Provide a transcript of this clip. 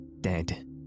Dead